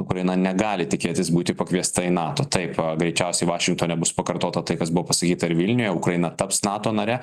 ukraina negali tikėtis būti pakviesta į nato taip a greičiausiai vašingtone bus pakartota tai kas buvo pasakyta ir vilniuje ukraina taps nato nare